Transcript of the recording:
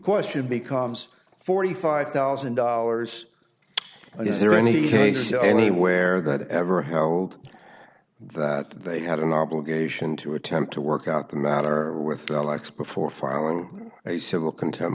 question becomes forty five thousand dollars and is there any case anywhere that ever how that they had an obligation to attempt to work out the matter with alex before filing a civil conte